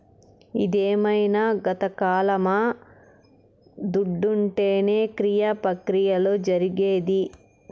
ఇదేమైన గతకాలమా దుడ్డుంటేనే క్రియ ప్రక్రియలు జరిగేది